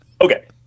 Okay